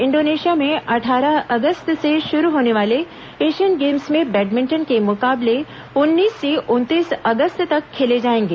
Indonesia में अट्ठारह अगस्त से शुरू होने वाले एशियन गेम्स में बैडमिंटन के मुकाबले उन्नीस से उनतीस अगस्त तक खेले जाएंगे